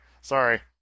sorry